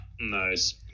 nice